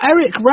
Eric